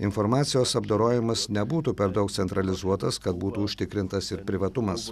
informacijos apdorojimas nebūtų per daug centralizuotas kad būtų užtikrintas ir privatumas